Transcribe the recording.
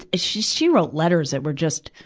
ah she she wrote letters that were just,